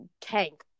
tank